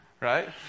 Right